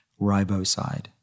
riboside